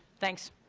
thanks.